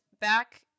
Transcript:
back